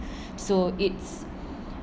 so it's